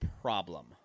problem